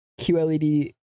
QLED